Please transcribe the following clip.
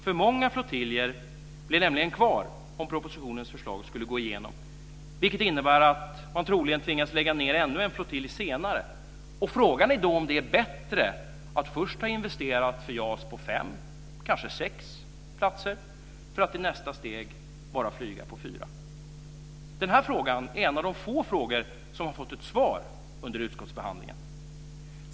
För många flottiljer blir nämligen kvar om propositionens förslag skulle gå igenom, vilket innebär att man troligen tvingas lägga ned ännu en flottilj senare. Frågan är då om det är bättre att först ha investerat för JAS på fem eller kanske sex platser för att i nästa steg bara flyga på fyra. Denna fråga är en av de få frågor som har fått ett svar under utskottsbehandlingen.